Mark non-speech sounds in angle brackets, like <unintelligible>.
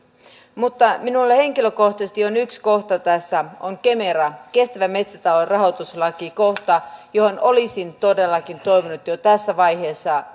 mutta minulle henkilökohtaisesti yksi kohta tässä on kemera kestävän metsätalouden rahoituslaki kohta johon olisin todellakin toivonut jo tässä vaiheessa <unintelligible>